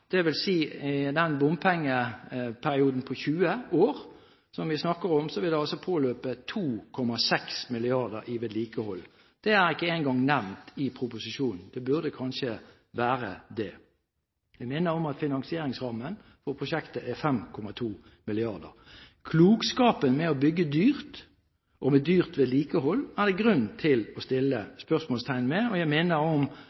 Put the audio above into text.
i den bompengeperioden på 20 år som vi snakker om, vil det altså påløpe 2,6 mrd. kr i vedlikehold. Det er ikke engang nevnt i proposisjonen. Det burde kanskje ha vært det. Jeg minner om at finansieringsrammen for prosjektet er på 5,2 mrd. kr. Klokskapen ved å bygge dyrt, med dyrt vedlikehold, er det grunn til å